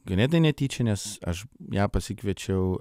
ganėtinai netyčia nes aš ją pasikviečiau